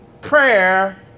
prayer